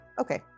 Okay